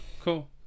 cool